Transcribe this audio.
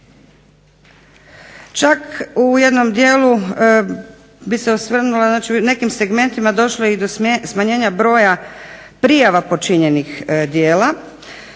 Čak u jednom dijelu bih se osvrnula, znači u nekim segmentima došlo je i do smanjenja broja prijava počinjenih djela